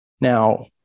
Now